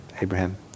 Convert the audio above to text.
Abraham